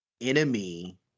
enemy